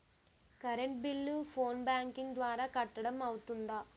Current bill phone banking ద్వారా కట్టడం అవ్తుందా?